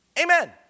Amen